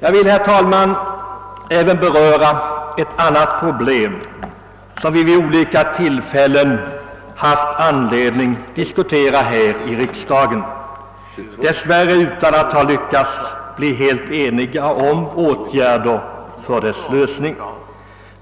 Jag vill, herr talman, även beröra ett annat problem som vi vid olika tillfällen haft anledning att diskutera här i riksdagen, dess värre utan att ha lyckats bli helt eniga om åtgärder för dess lösning.